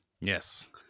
Yes